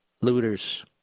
looters